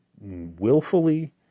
willfully